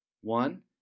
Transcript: One